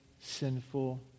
sinful